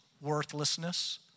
worthlessness